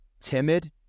timid